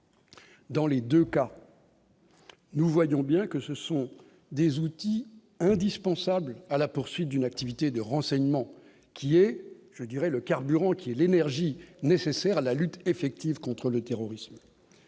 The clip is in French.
dans les 2 cas. Nous voyons bien que ce sont des outils indispensables à la poursuite d'une activité de renseignement qui est, je dirais, le carburant qui est l'énergie nécessaire à la lutte effective contre le terrorisme,